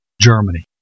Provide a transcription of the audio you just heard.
Germany